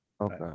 Okay